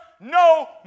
No